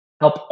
help